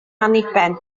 anniben